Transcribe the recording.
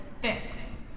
fix